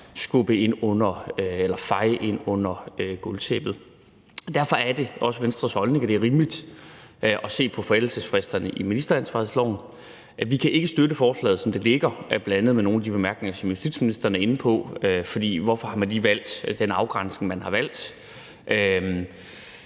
ikke forsøge at feje ind under gulvtæppet. Derfor er det også Venstres holdning, at det er rimeligt at se på forældelsesfristerne i ministeransvarlighedsloven. Vi kan ikke støtte forslaget, som det ligger, bl.a. af nogle af de årsager, som justitsministeren var inde på i sine bemærkninger. For hvorfor har man lige valgt den afgrænsning, man har valgt?